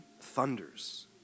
thunders